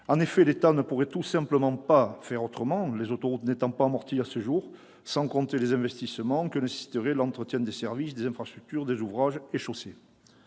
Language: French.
2006. Il ne pourrait tout simplement pas faire autrement, les autoroutes n'étant pas amorties à ce jour, sans compter les investissements que nécessiterait l'entretien des services, des infrastructures, des ouvrages et chaussées.